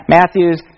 Matthew's